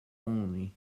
only